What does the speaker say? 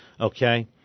Okay